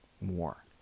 more